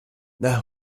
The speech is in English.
now